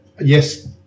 Yes